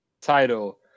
Title